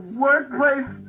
workplace